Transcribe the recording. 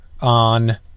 on